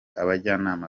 abajyanama